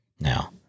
Now